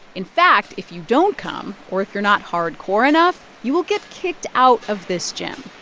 in fact, if you don't come or if you're not hardcore enough, you will get kicked out of this gym.